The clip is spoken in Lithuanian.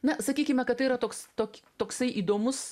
na sakykime kad tai yra toks tok toksai įdomus